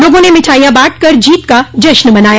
लोगों ने मिठाईयां बांटकर जीत का जश्न मनाया